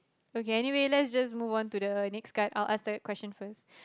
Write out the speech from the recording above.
okay anyway let's just move on to the next guide I'll ask that question first